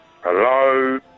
Hello